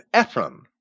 Ephraim